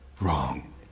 wrong